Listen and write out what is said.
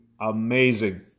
amazing